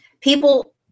people